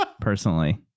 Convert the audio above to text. Personally